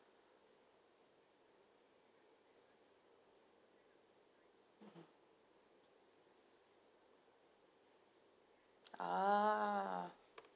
mmhmm ah